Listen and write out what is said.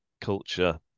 culture